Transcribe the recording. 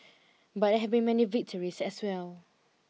but there have been many victories as well